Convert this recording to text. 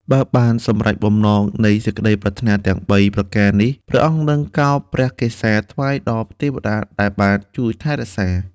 បើបានសម្រេចបំណងនៃសេចក្តីប្រាថ្នាទាំង ៣ ប្រការនេះព្រះអង្គនឹងកោរព្រះកេសាថ្វាយដល់ទេវតាដែលបានជួយថែរក្សា។